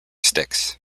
sticks